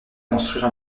construire